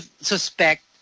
suspect